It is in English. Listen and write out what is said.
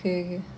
ya